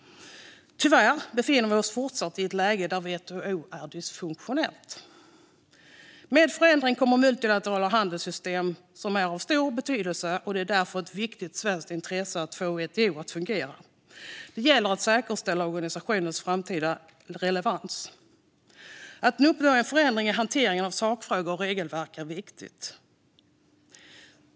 Tyvärr befinner vi oss fortsatt i ett läge där WTO är dysfunktionellt. Med förändring kommer multilaterala handelssystem som är av stor betydelse, och det är därför ett viktigt svenskt intresse att få WTO att fungera. Det gäller att säkerställa organisationens framtida relevans. Att uppnå en förändring i hanteringen av sakfrågor och regelverk är viktigt.